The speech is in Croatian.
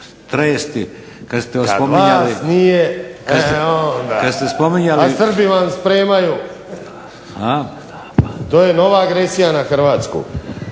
Zoran (HDSSB)** A Srbi vam spremaju. To je nova agresija na Hrvatsku.